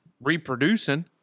reproducing